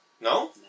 No